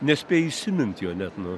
nespėji įsimint jo net nu